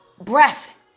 breath